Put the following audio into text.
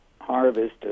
harvest